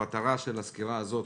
המטרה של הסקירה הזאת,